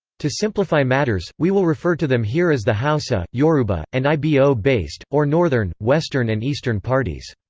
to simplify matters, we will refer to them here as the hausa, yoruba, and ibo-based or northern, western and eastern parties.